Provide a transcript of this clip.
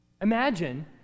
Imagine